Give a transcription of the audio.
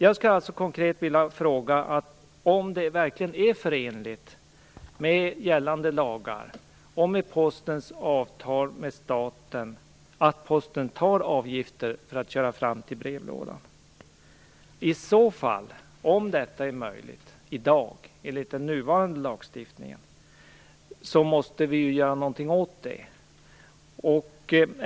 Jag vill ställa en konkret fråga: Är det verkligen förenligt med gällande lagar och med Postens avtal med staten att Posten tar ut avgifter för att köra fram till brevlådan? Om detta är möjligt i dag enligt den nuvarande lagstiftningen måste vi göra någonting åt det.